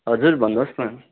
हजुर भन्नुहोस् न